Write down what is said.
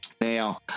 Now